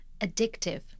addictive